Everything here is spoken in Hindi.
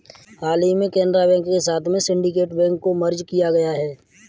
हाल ही में केनरा बैंक के साथ में सिन्डीकेट बैंक को मर्ज किया गया है